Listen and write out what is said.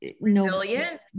Resilient